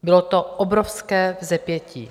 Bylo to obrovské vzepětí.